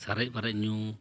ᱥᱟᱨᱮᱡ ᱵᱟᱨᱮᱡ ᱧᱩ